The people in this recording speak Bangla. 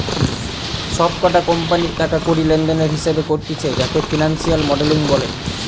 সব কটা কোম্পানির টাকা কড়ি লেনদেনের হিসেবে করতিছে যাকে ফিনান্সিয়াল মডেলিং বলে